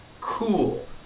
Cool